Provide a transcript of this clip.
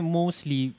mostly